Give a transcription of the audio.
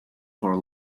for